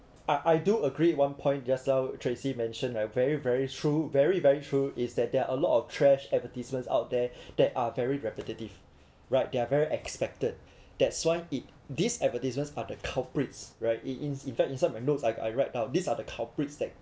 I I do agree one point just now tracy mentioned right very very true very very true is that there are a lot of trash advertisements out there that are very repetitive right they're very expected that's why it these advertisements or the culprits right it it's even inside my notes I read now these are the culprits that